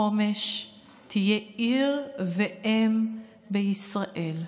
חומש תהיה עיר ואם בישראל,